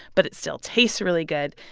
but it still tastes really good.